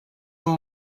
amb